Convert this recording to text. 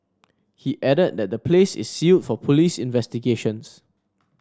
he added that the place is sealed for police investigations